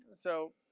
and so,